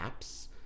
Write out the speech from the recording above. apps